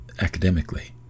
academically